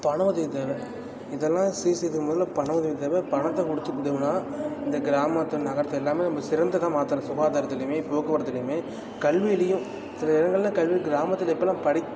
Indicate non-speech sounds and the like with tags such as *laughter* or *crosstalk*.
பணம் உதவி தேவை இதெல்லாம் சீர் செய்யறதுக்கு மொதலில் பணம் உதவி தேவை பணத்தைக் கொடுத்து *unintelligible* இந்த கிராமத்து நகரத்தை எல்லாமே நம்ம சிறந்ததாக மாற்றலாம் சுகாதாரத்திலையுமே போக்குவரத்திலையுமே கல்விலையும் சில இடங்கள்ல கல்வி கிராமத்தில் இப்போல்லாம் படிக்